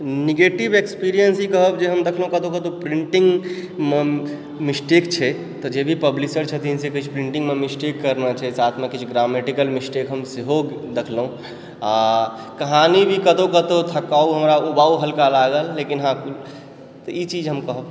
negative experience ई कहब जे हम देखलहुँ जे कतौ कतौ प्रिण्टिङ्ग मिस्टेक छै तऽ जे भी पब्लिशर छथिन से किछु प्रिण्टिङ्गमे मिस्टेक करने छै साथमे ग्रामेटिकल मिस्टेक हम सेहो देखलहुँ अऽ कहानी भी कतौ कतौ थकाउ हमरा उबाउ हल्का लागल लेकिन हँ तऽ ई चीज हम कहब